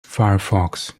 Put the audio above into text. firefox